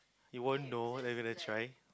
you won't know if you never gonna try